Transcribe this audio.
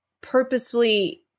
purposefully